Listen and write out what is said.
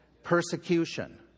Persecution